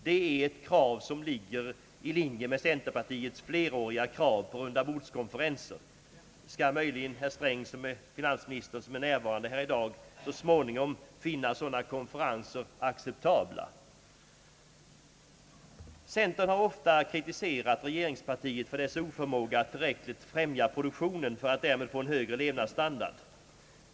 Det är ett krav som ligger i linje med centerpartiets fleråriga krav på rundabordskonferenser. Skall möjligen finansminister Sträng, som är närvarande här i dag, ändå så småningom finna sådana konferenser acceptabla? Centern har ofta kritiserat regeringspartiet för dess oförmåga att tillräckligt främja produktionen för att därmed få en högre levnadsstandard.